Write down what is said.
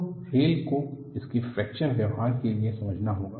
तो रेल को उसके फ्रैक्चर व्यवहार के लिए समझना होगा